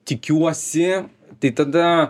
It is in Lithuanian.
tikiuosi tai tada